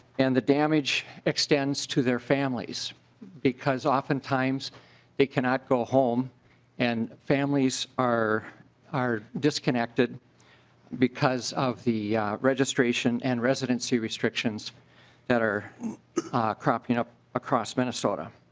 and the damage extends to their families because oftentimes they cannot go home and families are are disconnected because of the registration and residency restrictions that are cropping up across minnesota.